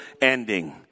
ending